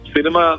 Cinema